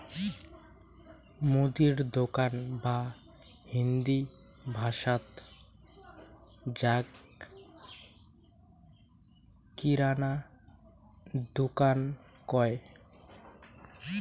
মুদির দোকান বা হিন্দি ভাষাত যাক কিরানা দুকান কয়